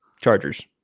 chargers